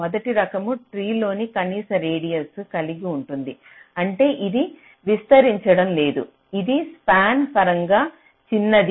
మొదటి రకమైన ట్రీలో కనీస రేడియస్ కలిగి ఉంటుంది అంటే అది విస్తరించడం లేదు ఇది స్పాన్ పరంగా చిన్నది